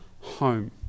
home